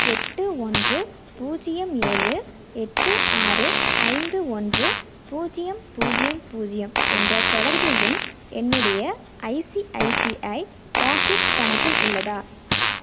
எட்டு ஒன்று பூஜ்ஜியம் ஏழு எட்டு ஆறு ஐந்து ஒன்று பூஜ்ஜியம் பூஜ்ஜியம் பூஜ்ஜியம் என்ற தொடர்பு எண் என்னுடைய ஐசிஐசிஐ பாக்கெட்ஸ் கணக்கில் உள்ளதா